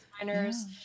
designers